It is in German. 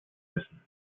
müssen